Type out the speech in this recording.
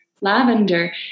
lavender